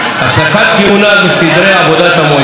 הפסקת כהונה וסדרי עבודת המועצה.